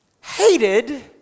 hated